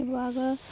শিৱসাগৰৰ